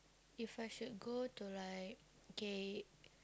if I should go to like K